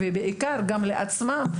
ובעיקר גם לעצמם,